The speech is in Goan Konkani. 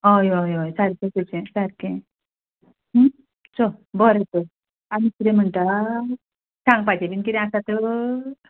हय हय हय सारकें तुजें सारकें चल बरें तर आनी किदें म्हणटा सांगपाचें बी किदें आसा तर